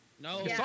No